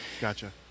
gotcha